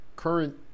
Current